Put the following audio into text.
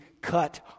cut